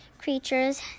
creatures